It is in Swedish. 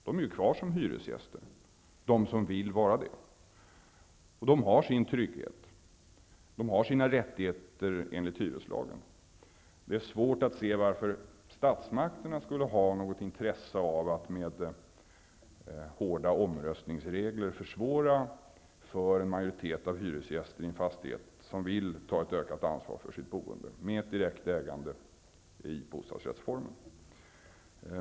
De är kvar som hyresgäster, de som vill vara det, och de har sin trygghet. De har sina rättigheter enligt hyreslagen. Det är svårt att se varför statsmakterna skulle ha något intresse av att med hårda omröstningsregler försvåra för en majoritet av hyresgäster i en fastighet som vill ta ett ökat ansvar för sitt boende med ett direkt ägande i bostadsrättsformen.